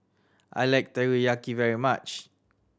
I like Teriyaki very much